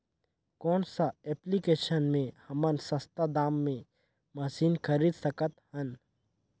कौन सा एप्लिकेशन मे हमन सस्ता दाम मे मशीन खरीद सकत हन?